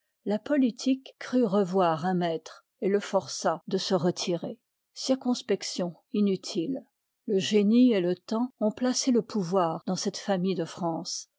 la politique crut revoir un maître et le força de se retirer circonspection inutile le génie et le temps ont place le pouvoir dans cette famille de france